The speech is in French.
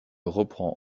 reprend